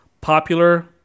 popular